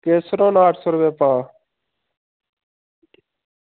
केसर होना अट्ठ सौ रपेआ भाऽ